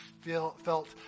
felt